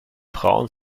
frauen